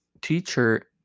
teacher